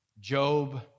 Job